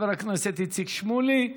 חבר הכנסת איציק שמולי,